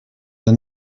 the